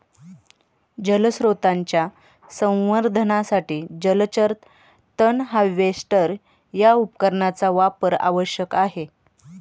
जलस्रोतांच्या संवर्धनासाठी जलचर तण हार्वेस्टर या उपकरणाचा वापर आवश्यक आहे